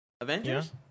Avengers